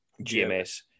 GMS